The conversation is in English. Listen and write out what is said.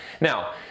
Now